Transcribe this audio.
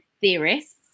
theorists